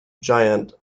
giant